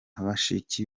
bashiki